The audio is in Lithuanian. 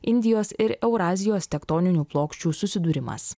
indijos ir eurazijos tektoninių plokščių susidūrimas